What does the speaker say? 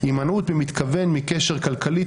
"הימנעות במתכוון מקשר כלכלי,